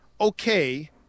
okay